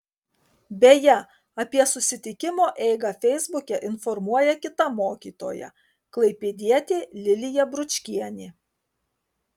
beje apie susitikimo eigą feisbuke informuoja kita mokytoja klaipėdietė lilija bručkienė